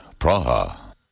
Praha. (